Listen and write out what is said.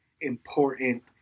important